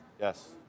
Yes